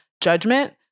judgment